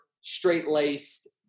straight-laced